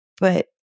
but-